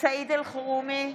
סעיד אלחרומי,